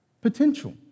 potential